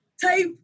type